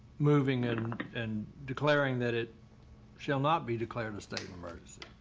moving in and declaring that it shall not be declared a state of emergency.